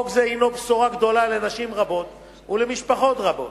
חוק זה הינו בשורה גדולה לנשים רבות ולמשפחות רבות,